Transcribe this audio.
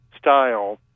style